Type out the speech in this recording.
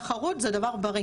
תחרות זה דבר בריא